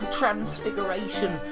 transfiguration